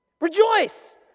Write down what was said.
Rejoice